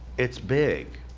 it's big.